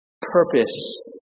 purpose